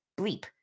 Bleep